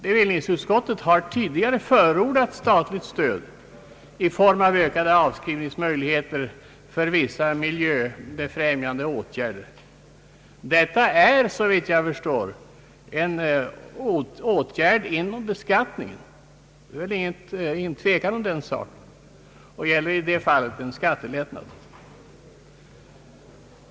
Bevillningsutskottet har tidigare förordat statligt stöd i form av ökade avskrivningsmöjligheter för vissa miljövårdande åtgärder. Detta är såvitt jag förstår en åtgärd inom beskattningen — det är väl ingen tvekan om den saken — och gäller i det fallet en skattelättnad.